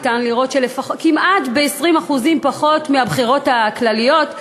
אפשר לראות שכמעט 20% פחות מבבחירות הכלליות.